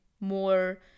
more